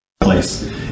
place